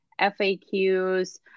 FAQs